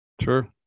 Sure